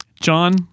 John